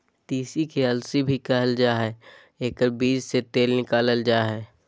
तीसी के अलसी भी कहल जा हइ एकर बीज से तेल निकालल जा हइ